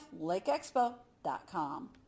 lakeexpo.com